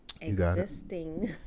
existing